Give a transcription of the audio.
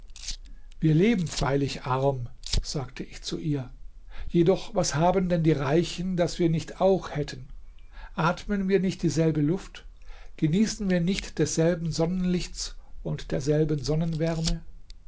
wir leben freilich arm sagte ich zu ihr jedoch was haben denn die reichen das wir nicht auch hätten atmen wir nicht dieselbe luft genießen wir nicht desselben sonnenlichts und derselben sonnenwärme